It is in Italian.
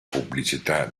pubblicità